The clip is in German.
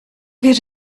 geht